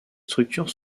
structures